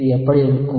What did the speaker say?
இது எப்படி இருக்கும்